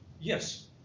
Yes